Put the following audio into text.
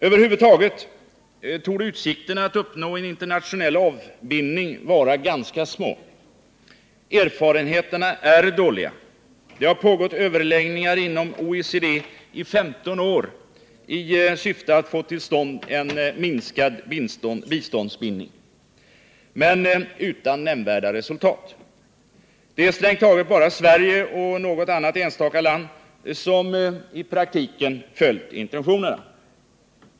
Över huvud taget torde utsikterna att uppnå en internationell avbindning vara ganska små. Erfarenheterna är dåliga. Det har pågått överläggningar inom OECD i 15 år i syfte att få till stånd en minskad biståndsbindning, men utan nämnvärda resultat. Det är strängt taget bara Sverige och något annat enstaka land som i praktiken följt intentionerna.